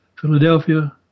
Philadelphia